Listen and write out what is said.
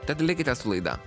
tad likite laida